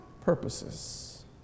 purposes